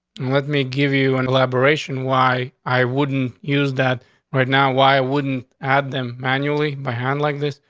let me give you an elaboration. why? i wouldn't use that right now. why wouldn't add them manually by hand like this,